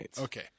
Okay